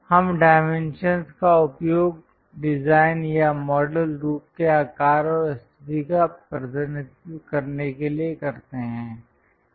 हम डाइमेंशंस का उपयोग डिजाइन या मॉडल रूप के आकार और स्थिति का प्रतिनिधित्व करने के लिए करते हैं